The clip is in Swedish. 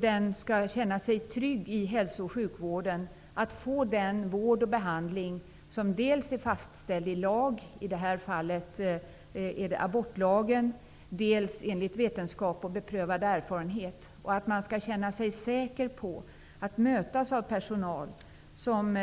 Den personen skall i hälso och sjukvården känna sig trygg att få den vård och behandling som dels är fastställd i lag -- i det här fallet abortlagen -- dels är i enlighet med vetenskap och beprövad erfarenhet. Man skall känna sig säker på att inte mötas av personal som